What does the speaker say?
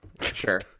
Sure